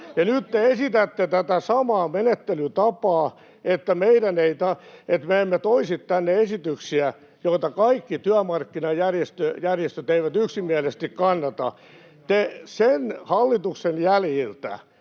Ja nyt te esitätte tätä samaa menettelytapaa, että me emme toisi tänne esityksiä, joita kaikki työmarkkinajärjestöt eivät yksimielisesti kannata. [Antti Kurvinen: